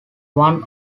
one